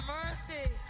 mercy